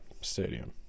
stadium